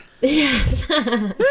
Yes